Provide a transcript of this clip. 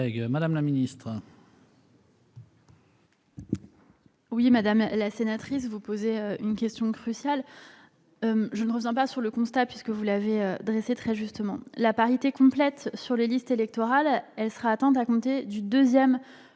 Mme la secrétaire d'État. Madame la sénatrice, vous posez une question cruciale. Je ne reviens pas sur le constat, puisque vous l'avez très justement dressé. La parité complète sur les listes électorales sera atteinte à compter du deuxième